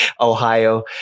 Ohio